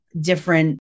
different